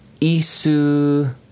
Isu